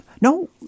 No